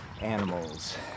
animals